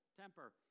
temper